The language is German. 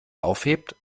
aufhebt